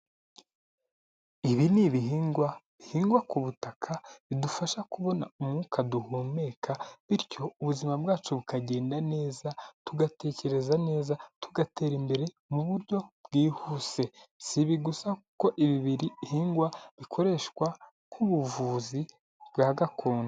Ibi ni ibihingwa bihingwa ku butaka bidufasha kubona umwuka duhumeka, bityo ubuzima bwacu bukagenda neza, tugatekereza neza, tugatera imbere mu buryo bwihuse, si ibi gusa kuko ibi birihingwa bikoreshwa nk'buvuzi bwa gakondo.